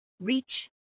reach